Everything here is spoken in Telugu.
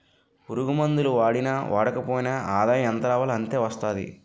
పురుగుమందులు వాడినా వాడకపోయినా ఆదాయం ఎంతరావాలో అంతే వస్తాది